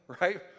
right